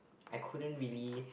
I couldn't really